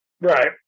Right